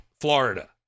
Florida